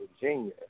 Virginia